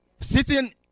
Sitting